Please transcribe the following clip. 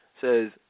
Says